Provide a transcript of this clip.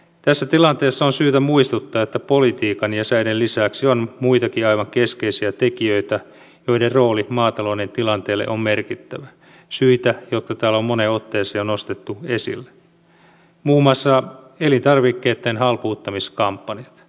tässä tilanteessa on syytä muistuttaa että politiikan ja säiden lisäksi on muitakin aivan keskeisiä tekijöitä joiden rooli maatalouden tilanteelle on merkittävä syitä jotka täällä on moneen otteeseen jo nostettu esille muun muassa elintarvikkeitten halpuuttamiskampanjat